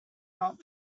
not